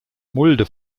mulde